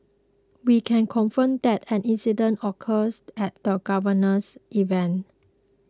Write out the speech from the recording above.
we can confirm that an incident occurs at the Governor's event